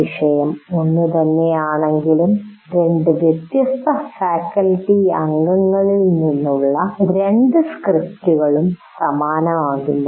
വിഷയം ഒന്നുതന്നെയാണെങ്കിലും രണ്ട് വ്യത്യസ്ത ഫാക്കൽറ്റി അംഗങ്ങളിൽ നിന്നുള്ള രണ്ട് സ്ക്രിപ്റ്റുകളും സമാനമാകില്ല